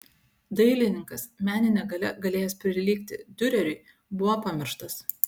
dailininkas menine galia galėjęs prilygti diureriui buvo pamirštas